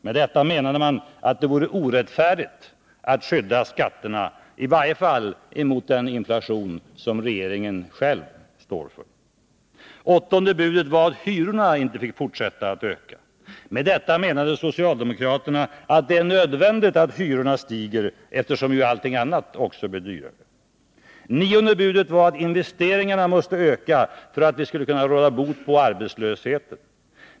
Med detta menade man att det vore orättfärdigt att skydda skatterna, i varje fall mot den inflation som regeringen själv står för. Åttonde budet var att hyrorna inte fick fortsätta att öka. Med detta menade socialdemokraterna att det är nödvändigt att hyrorna stiger, eftersom allting annat ju blir dyrare. Nionde budet var att investeringarna måste ökas för att man skulle kunna råda bot mot arbetslösheten.